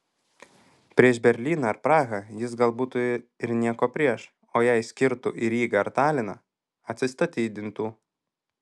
prieš berlyną ar prahą jis gal būtų ir nieko prieš o jei skirtų į rygą ar taliną atsistatydintų